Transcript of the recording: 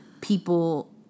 people